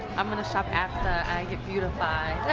i'm going to shop after i get beautified.